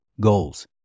goals